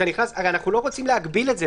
אנחנו לא רוצים להגביל את זה.